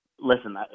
listen